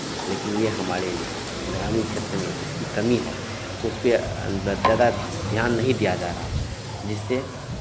लेकिन ये हमारे ग्रामीण क्षेत्र में इसकी कमी है उसपे है न ब ज़्यादा ध्यान नहीं दिया जा रहा है जिससे